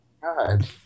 God